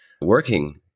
working